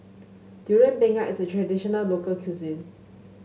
Durian Pengat is a traditional local cuisine